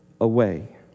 away